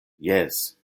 jes